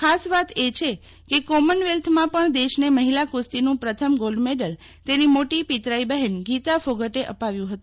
ખાસ વાત એ છે કે કોમનવેલ્થમાં પણ દેશને મહિલા કુસ્તીનું પ્રથમ ગોલ્ડ મેડલ તેની મોટી પિતરાઈ બહેન ગીતા ફોગટે અપાવ્યો હતો